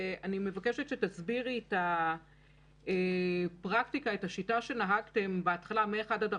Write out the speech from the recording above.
נניח שנחשפתי בתחילת השבוע לחולה מספר 1,